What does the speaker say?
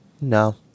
no